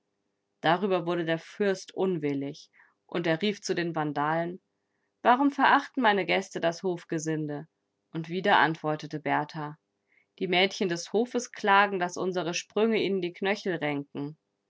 darüber wurde der fürst unwillig und er rief zu den vandalen warum verachten meine gäste das hofgesinde und wieder antwortete berthar die mädchen des hofes klagen daß unsere sprünge ihnen die knöchel renken